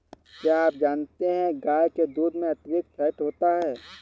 क्या आप जानते है गाय के दूध में अतिरिक्त फैट होता है